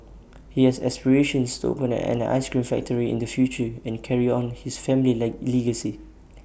he has aspirations to open an an Ice Cream factory in the future and carry on his family led legacy